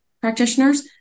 practitioners